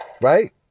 right